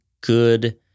good